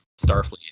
Starfleet